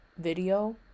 video